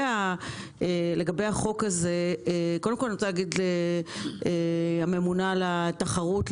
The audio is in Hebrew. אני רוצה להגיד לממונה על התחרות,